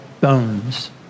bones